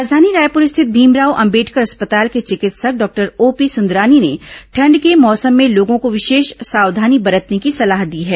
राजधानी रायपुर स्थित भीमराव अंबेडकर अस्पताल के चिकित्सक डॉक्टर ओपी सुंदरानी ने ठंड के मौसम में लोगों को विशेष सावधानी बरतने की सलाह दी है